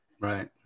right